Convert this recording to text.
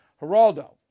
Geraldo